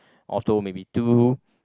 auto maybe two